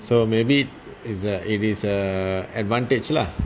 so maybe it is a it is a advantage lah